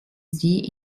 sie